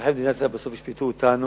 אזרחי מדינת ישראל בסוף ישפטו אותנו,